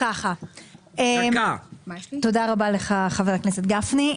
תודה לך חבר הכנסת גפני.